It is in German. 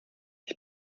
ich